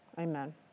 amen